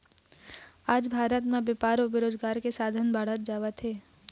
आज भारत म बेपार अउ रोजगार के साधन बाढ़त जावत हे